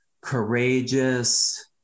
courageous